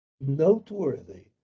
noteworthy